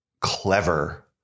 clever